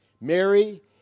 Mary